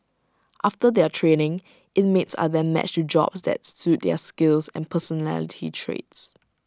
after their training inmates are then matched to jobs that suit their skills and personality traits